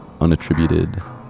unattributed